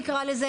נקרא לזה,